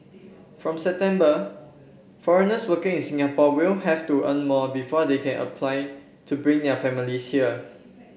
from September foreigners working in Singapore will have to earn more before they can apply to bring their families here